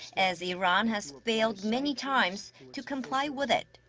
as iran has failed many times to comply with it.